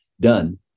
done